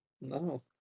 no